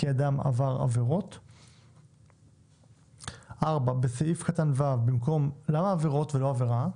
כי אדם עבר עבירות."; למה עבירות ולא עבירה?